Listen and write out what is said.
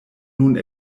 nun